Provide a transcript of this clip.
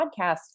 podcast